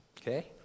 okay